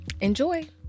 Enjoy